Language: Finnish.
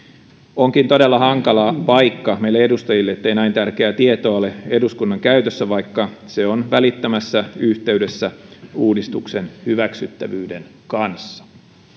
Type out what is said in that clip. onkin todella hankala paikka meille edustajille ettei näin tärkeää tietoa ole eduskunnan käytössä vaikka se on välittömässä yhteydessä uudistuksen hyväksyttävyyden kanssa